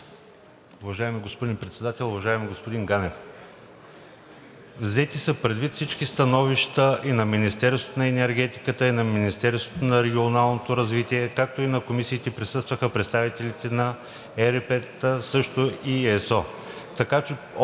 Уважаеми господин Председател, уважаеми господин Ганев, взети са предвид всички становища и на Министерството на енергетиката, и на Министерството на регионалното развитие, както и на комисиите, присъстваха представителите на ЕРП-тата, също и ЕСО.